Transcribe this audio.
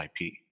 IP